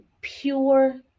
pure